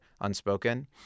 unspoken